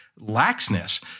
laxness